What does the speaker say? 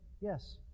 yes